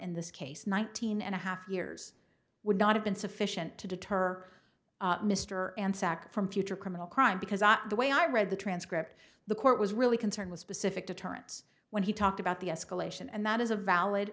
in this case one thousand and a half years would not have been sufficient to deter mr and sacked from future criminal crime because the way i read the transcript the court was really concerned with specific deterrents when he talked about the escalation and that is a valid